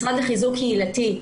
המשרד לחיזוק קהילתי,